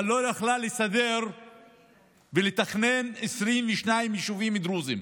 אבל לא יכלה לסדר ולתכנן 22 יישובים דרוזיים,